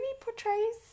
portrays